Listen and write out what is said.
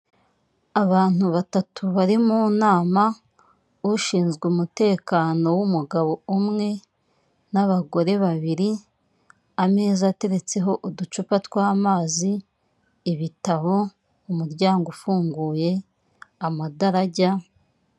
Abantu batatu bari mu nama, ushinzwe umutekano w'umugabo umwe, n'abagore babiri ameza ateretseho uducupa tw'amazi, ibitabo, umuryango ufunguye, amadarajya.